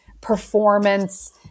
performance